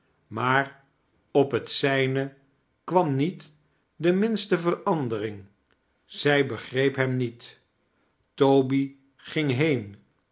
maar op het zijne kwam niet de minste verandering zg begreep hem niet toby ging heen